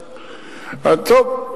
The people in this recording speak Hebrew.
טוב,